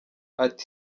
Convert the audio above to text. ati